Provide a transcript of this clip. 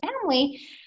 family